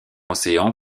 océan